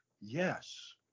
yes